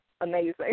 amazing